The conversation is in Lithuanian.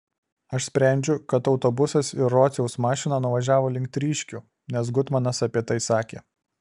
aš sprendžiu kad autobusas ir rociaus mašina nuvažiavo link tryškių nes gutmanas apie tai sakė